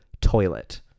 toilet